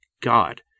God